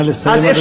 נא לסיים.